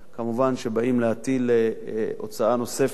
כמובן שבאים להטיל הוצאה נוספת